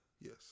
yes